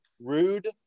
Rude